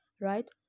right